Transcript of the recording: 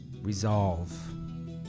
Resolve